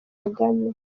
kagame